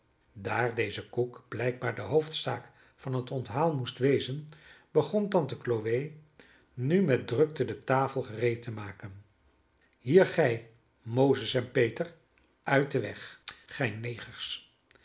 daar deze koek blijkbaar de hoofdzaak van het onthaal moest wezen begon tante chloe nu met drukte de tafel gereed te maken hier gij mozes en peter uit den weg gij negers